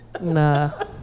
Nah